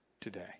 today